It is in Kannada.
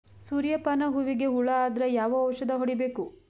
ಸೂರ್ಯ ಪಾನ ಹೂವಿಗೆ ಹುಳ ಆದ್ರ ಯಾವ ಔಷದ ಹೊಡಿಬೇಕು?